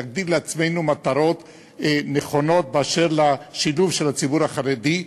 להכתיב לעצמנו מטרות נכונות באשר לשילוב של הציבור החרדי,